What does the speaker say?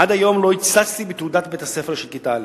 עד היום לא הצצתי בתעודת בית-הספר של כיתה א'.